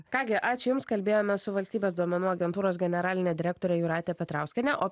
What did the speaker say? ką gi ačiū jums kalbėjome su valstybės duomenų agentūros generaline direktore jūrate petrauskiene o